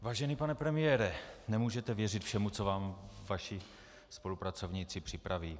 Vážený pane premiére, nemůžete věřit všemu, co vám vaši spolupracovníci připraví.